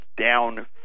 down